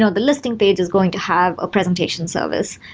ah the listing page is going to have a presentation service.